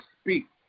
speak